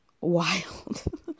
Wild